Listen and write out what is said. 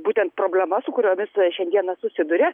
būtent problema su kuriuomis šiandiena susiduria